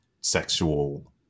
sexual